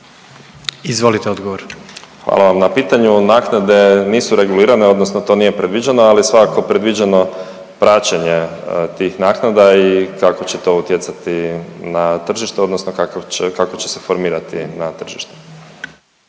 **Zoričić, Davor** Hvala vam na pitanju. Naknade nisu regulirane, odnosno to nije predviđeno. Ali je svakako predviđeno praćenje tih naknada i kako će to utjecati na tržište, odnosno kako će se formirati na tržištu.